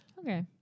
Okay